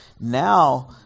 Now